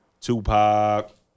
Tupac